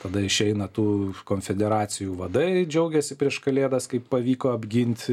tada išeina tų konfederacijų vadai džiaugėsi prieš kalėdas kaip pavyko apgint